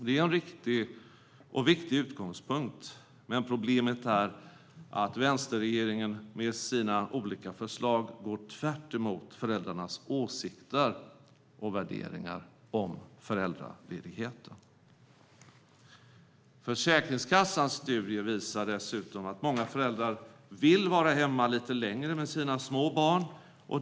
Det är en riktig och viktig utgångspunkt, men problemet är att vänsterregeringen med sina olika förslag går tvärtemot föräldrarnas åsikter och värderingar om föräldraledigheten. Försäkringskassans studier visar dessutom att många föräldrar vill vara hemma lite längre med sina små barn.